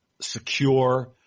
secure